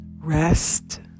rest